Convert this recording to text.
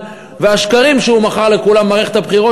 השקרים שהוא מכר לכולם במערכת הבחירות,